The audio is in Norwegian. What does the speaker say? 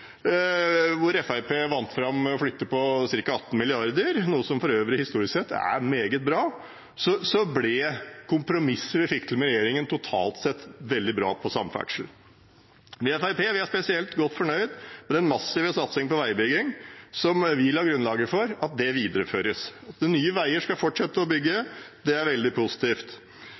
hvor Fremskrittspartiet vant fram med å flytte på ca. 18 mrd. kr – noe som for øvrig historisk sett er meget bra – ble kompromisset vi fikk til med regjeringen, totalt sett veldig bra på samferdsel. Vi i Fremskrittspartiet er spesielt godt fornøyd med at den massive satsingen på veibygging som vi la grunnlaget for, videreføres. At Nye Veier skal fortsette å bygge, er veldig positivt.